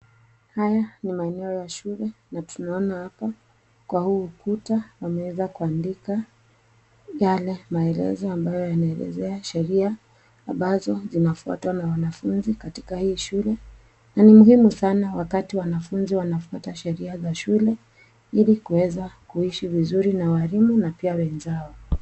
Haya ni maeneo ya shule na tunaona hapa kwa huu ukuta wameweza kuandika yale maelezo ambayo yanaelezea sheria ambazo zinafuatwa na wanafunzi katika hii shule. Na ni muhimu sana wakati wanafunzi wanafuata sheria za shule ili kuweza kuishi vizuri na walimu na pia wenzao.